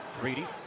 Greedy